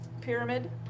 pyramid